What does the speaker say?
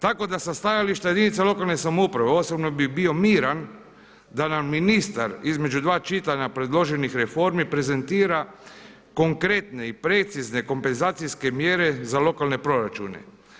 Tako da sam stajališta jedinica lokalne samouprave, osobno bi bio miran da nam ministar između dva čitanja predloženih reformi prezentira konkretne i precizne kompenzacijske mjere za lokalne proračune.